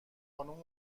خانوم